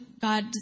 God